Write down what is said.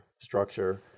structure